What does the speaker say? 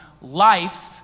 life